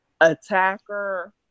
attacker